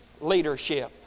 leadership